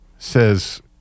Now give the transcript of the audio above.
says